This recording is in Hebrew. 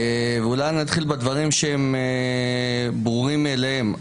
ואולי אני אתחיל בדברים שברורים מאליהם,